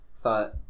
thought